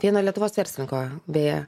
vieno lietuvos verslininko beje